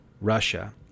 Russia